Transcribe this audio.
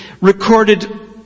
recorded